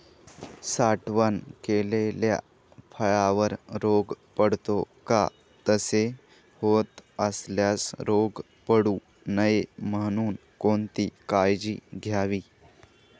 साठवण केलेल्या फळावर रोग पडतो का? तसे होत असल्यास रोग पडू नये म्हणून कोणती काळजी घ्यावी?